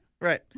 Right